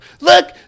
Look